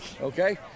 okay